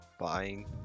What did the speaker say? buying